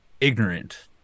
ignorant